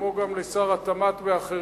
כמו גם לשר התמ"ת ולאחרים,